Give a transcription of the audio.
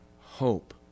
hope